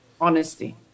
honesty